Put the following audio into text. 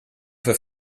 für